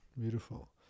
beautiful